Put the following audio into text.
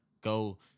Go